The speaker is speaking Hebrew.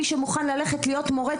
מי שמוכן ללכת להיות מורה,